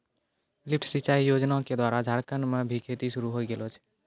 lift सिंचाई योजना क द्वारा झारखंड म भी खेती शुरू होय गेलो छै